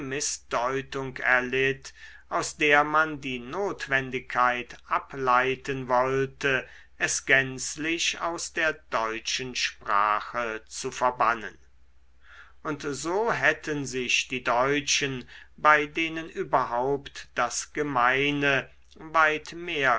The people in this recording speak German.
mißdeutung erlitt aus der man die notwendigkeit ableiten wollte es gänzlich aus der deutschen sprache zu verbannen und so hätten sich die deutschen bei denen überhaupt das gemeine weit mehr